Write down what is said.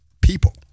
people